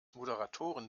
moderatoren